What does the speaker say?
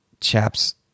chaps